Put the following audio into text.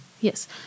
Yes